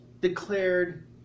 declared